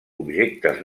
objectes